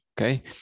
okay